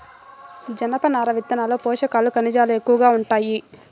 జనపనార విత్తనాల్లో పోషకాలు, ఖనిజాలు ఎక్కువగా ఉంటాయి